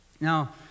Now